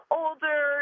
older